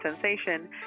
sensation